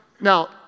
Now